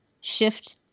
shift